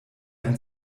ein